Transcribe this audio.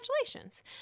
congratulations